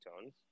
tones